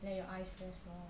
let your eyes rest lor